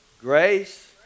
grace